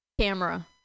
camera